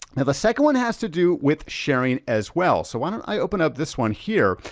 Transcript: now the second one has to do with sharing as well. so why don't i open up this one here.